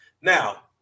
Now